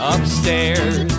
Upstairs